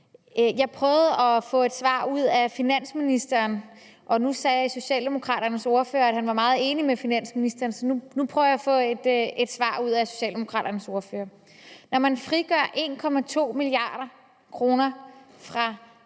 Jeg prøvede at få et svar ud af finansministeren, og Socialdemokraternes ordfører sagde, at han var meget enig med finansministeren, så nu prøver jeg at få et svar ud af Socialdemokraternes ordfører. Når man frigør 1,2 mia. kr. fra